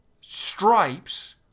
stripes